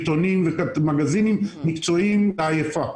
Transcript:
עיתונים ומגזינים מקצועיים לעייפה.